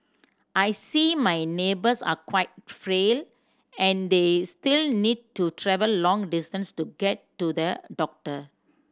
I see my neighbours are quite frail and they still need to travel long distances to get to the doctor